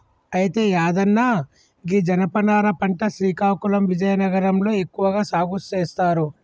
అయితే యాదన్న గీ జనపనార పంట శ్రీకాకుళం విజయనగరం లో ఎక్కువగా సాగు సేస్తారు